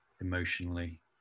emotionally